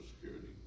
security